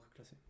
Classé